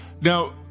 Now